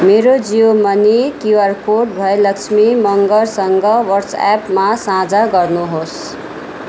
मेरो Jio money QR code भयलक्ष्मी मङ्गरसङ्ग वाट्सएपमा साझा गर्नुहोस्